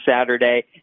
Saturday